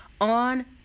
on